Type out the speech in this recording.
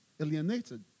alienated